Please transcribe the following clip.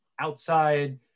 outside